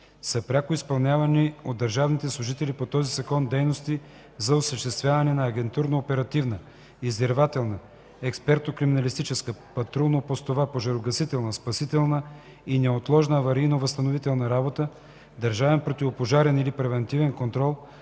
пряко изпълнявани от държавните служители по този закон дейности за осъществяване на агентурно-оперативна, издирвателна, експертно-криминалистическа, патрулно-постова, пожарогасителна, спасителна и неотложна аварийно-възстановителна работа, държавен противопожарен или превантивен контрол,